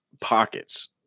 pockets